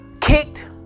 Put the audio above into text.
kicked